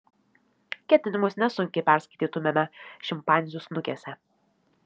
ketinimus nesunkiai perskaitytumėme šimpanzių snukiuose